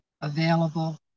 available